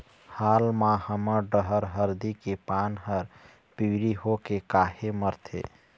हाल मा हमर डहर हरदी के पान हर पिवरी होके काहे मरथे?